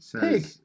Pig